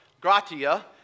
gratia